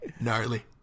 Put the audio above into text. Gnarly